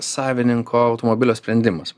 savininko automobilio sprendimas